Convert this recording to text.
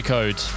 Code